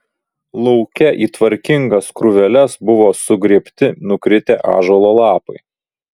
lauke į tvarkingas krūveles buvo sugrėbti nukritę ąžuolo lapai